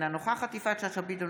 אינה נוכחת יפעת שאשא ביטון,